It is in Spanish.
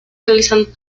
realizan